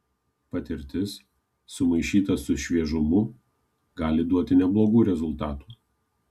patirtis sumaišyta su šviežumu gali duoti neblogų rezultatų